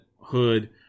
Hood